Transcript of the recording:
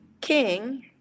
king